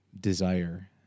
desire